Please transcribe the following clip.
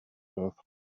earth